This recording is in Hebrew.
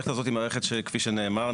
המערכת הזאת היא מערכת כפי שנאמר,